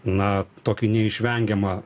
na tokį neišvengiamą